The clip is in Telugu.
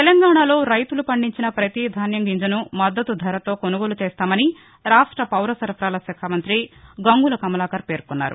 తెలంగాణలో రైతులు పండించిన ప్రతి ధాన్యం గింజసూ మర్దతు ధరతో కొనుగోలు చేస్తామని రాష్ట పౌరసరఫరాలశాఖ మంత్రి గంగుల కమలాకర్ పేర్కొన్నారు